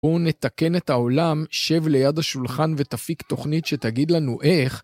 או נתקן את העולם, שב ליד השולחן ותפיק תוכנית שתגיד לנו איך.